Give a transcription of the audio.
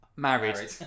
Married